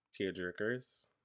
tearjerkers